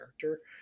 character